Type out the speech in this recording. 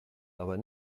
aber